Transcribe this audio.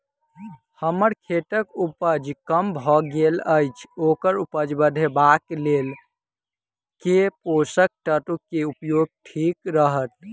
हम्मर खेतक उपज कम भऽ गेल अछि ओकर उपज बढ़ेबाक लेल केँ पोसक तत्व केँ उपयोग ठीक रहत?